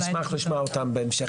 נשמח לשמוע אותם בהמשך,